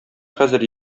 хәзер